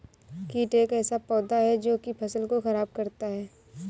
कीट एक ऐसा पौधा है जो की फसल को खराब करता है